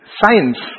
science